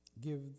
give